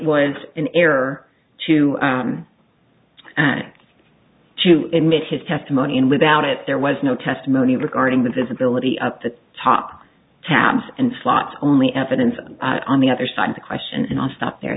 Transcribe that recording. was an error to to admit his testimony and without it there was no testimony regarding the visibility up to top tabs and slots only evidence on the other side of the question and i'll stop there i